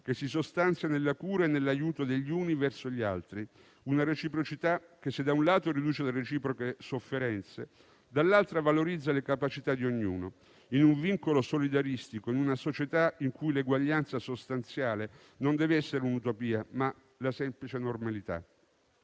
che si sostanzia nella cura e nell'aiuto degli uni verso gli altri. Tale reciprocità se, da un lato, riduce le reciproche sofferenze, dall'altro valorizza le capacità di ognuno in un vincolo solidaristico all'interno di una società in cui l'eguaglianza sostanziale deve essere non un'utopia, ma la semplice normalità.